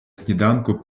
сніданку